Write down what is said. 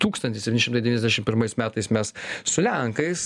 tūkstantis septyni šimtai devyniasdešim pirmais metais mes su lenkais